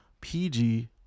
PG